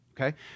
Okay